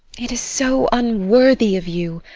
it is so unworthy of you.